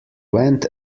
went